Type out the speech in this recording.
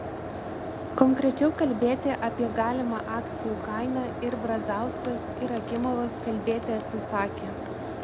konkrečiau kalbėti apie galimą akcijų kainą ir brazauskas ir akimovas kalbėti atsisakė